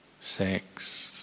sex